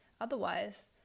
otherwise